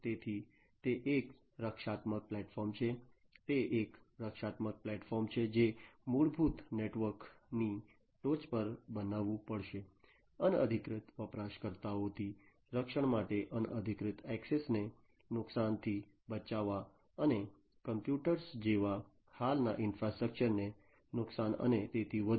તેથી તે એક રક્ષણાત્મક પ્લેટફોર્મ છે તે એક રક્ષણાત્મક પ્લેટફોર્મ છે જે મૂળભૂત નેટવર્કની ટોચ પર બનાવવું પડશે અનધિકૃત વપરાશકર્તાઓથી રક્ષણ માટે અનધિકૃત ઍક્સેસને નુકસાનથી બચાવવા અને કમ્પ્યુટર્સ જેવા હાલના ઈન્ફ્રાસ્ટ્રક્ચરને નુકસાન અને તેથી વધુ